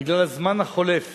בגלל הזמן החולף